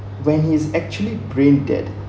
when he is actually brain dead